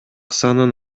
санын